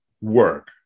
work